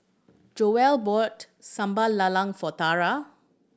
Joye bought Sambal Lala for Tara